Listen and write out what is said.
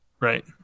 Right